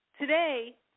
today